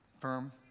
firm